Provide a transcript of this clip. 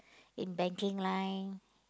in banking line